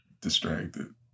distracted